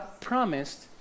promised